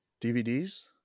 dvds